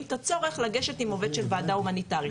את הצורך לגשת עם עובד של הוועדה ההומניטארית.